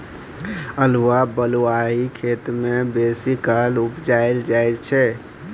अल्हुआ बलुआही खेत मे बेसीकाल उपजाएल जाइ छै